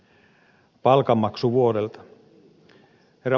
herra puhemies